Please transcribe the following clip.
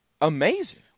amazing